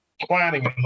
planning